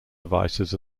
devices